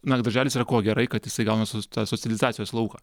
na darželis yra kuo gerai kad jisai gauna s tą socializacijos lauką